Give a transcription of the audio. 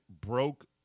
broke